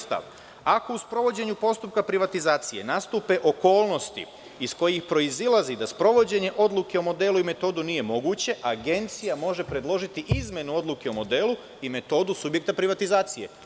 Stav 1. „Ako u sprovođenju postupka privatizacije nastupe okolnosti iz koji proizilazi da sprovođenje odluke o modelu i metodu nije moguće, Agencija može predložiti izmenu odluke o modelu i metodu subjektu privatizacije“